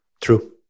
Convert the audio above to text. True